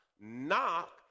Knock